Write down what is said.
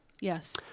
Yes